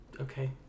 Okay